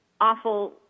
awful